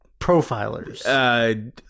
profilers